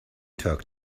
talk